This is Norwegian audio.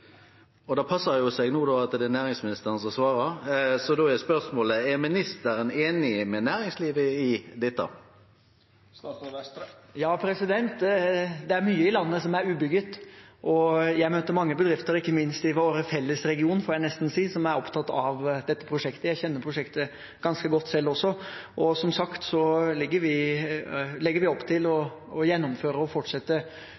at det no er næringsministeren som svarar, og spørsmålet er: Er ministeren einig med næringslivet i dette? Ja, det er mye i landet som er ubygget, og jeg møter mange bedrifter, ikke minst i vår felles region, får jeg nesten si, som er opptatt av dette prosjektet. Jeg kjenner prosjektet ganske godt selv også, og som sagt legger vi opp til